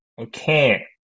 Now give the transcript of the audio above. Okay